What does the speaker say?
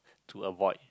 to avoid